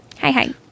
Hi-hi